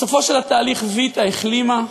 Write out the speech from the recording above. בסופו של התהליך ויטה החלימה,